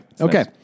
Okay